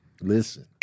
listen